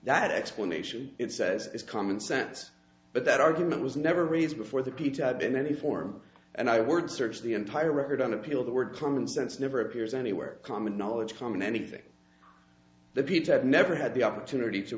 that explanation it says it's common sense but that argument was never raised before the kitab in any form and i word searched the entire record on appeal the word common sense never appears anywhere common knowledge common anything the people have never had the opportunity to